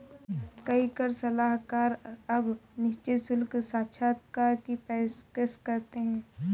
कई कर सलाहकार अब निश्चित शुल्क साक्षात्कार की पेशकश करते हैं